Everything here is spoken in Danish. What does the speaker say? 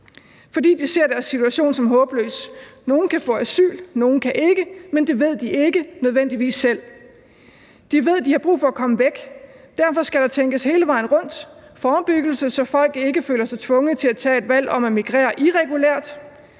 fordi de ser deres situation som håbløs. Nogle kan få asyl, nogle kan ikke, men det ved de ikke nødvendigvis selv. De ved, de har brug for at komme væk. Derfor skal der tænkes hele vejen rundt med forebyggelse, så folk ikke føler sig tvunget til at tage et valg om at migrere irregulært.